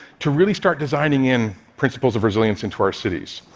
to really start designing in principles of resilience into our cities.